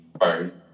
first